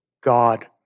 God